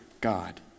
God